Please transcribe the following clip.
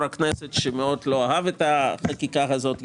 ראש הכנסת דאז שמאוד לא אהב את החקיקה הזאת.